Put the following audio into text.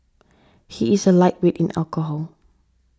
he is a lightweight in alcohol